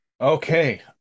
okay